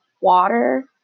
water